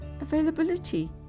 Availability